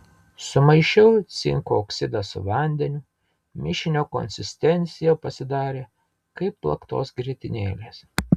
sumaišiau cinko oksidą su vandeniu mišinio konsistencija pasidarė kaip plaktos grietinėlės